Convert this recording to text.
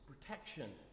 protection